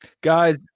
Guys